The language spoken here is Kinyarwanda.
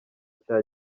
cya